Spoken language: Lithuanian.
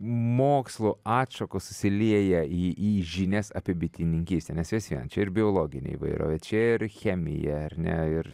mokslo atšakos susilieja į į žinias apie bitininkystę nes vis viena čia ir biologinė įvairovė čia ir chemija ar ne ir